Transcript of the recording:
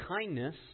kindness